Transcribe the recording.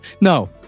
No